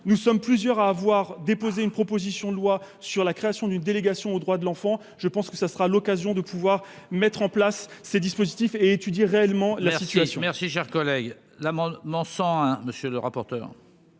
nous sommes plusieurs à avoir déposé une proposition de loi sur la création d'une délégation aux droits de l'enfant, je pense que ça sera l'occasion de pouvoir mettre en place ces dispositifs et étudier réellement. La situation merci, cher collègue, l'amendement 100, hein, monsieur le rapporteur.